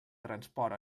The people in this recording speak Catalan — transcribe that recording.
transport